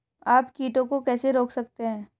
आप कीटों को कैसे रोक सकते हैं?